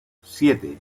siete